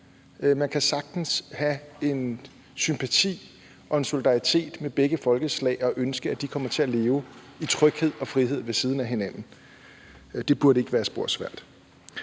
Man kan sagtens have en sympati og en solidaritet med begge folkeslag og ønske, at de kommer til at leve i tryghed og frihed ved siden af hinanden. Det burde ikke være spor svært.